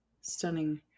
stunning